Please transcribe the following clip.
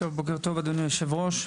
בוקר טוב, אדוני היושב-ראש.